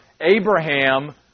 Abraham